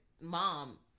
mom